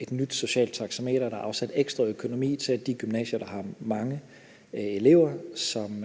et nyt socialt taxameter. Der er afsat ekstra økonomi til, at de gymnasier, der har mange elever, som